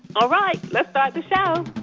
all right. let's start the show